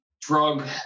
drug